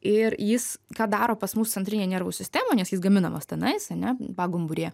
ir jis ką daro pas mus centrinėj nervų sistemoj nes jis gaminamas tenais ane pagumburyje